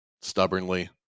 stubbornly